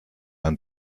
ein